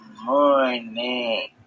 morning